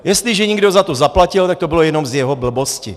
Jestliže někdo za to zaplatil, tak to bylo jenom z jeho blbosti.